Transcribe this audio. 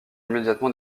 immédiatement